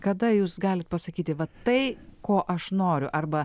kada jūs galit pasakyti va tai ko aš noriu arba